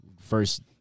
first